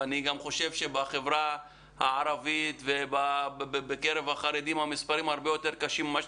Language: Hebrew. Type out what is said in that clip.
אני גם חושב שבחברה הערבית ובקרב החרדים המספרים הרבה יותר גדולים.